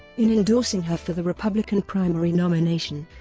in endorsing her for the republican primary nomination,